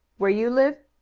where you live?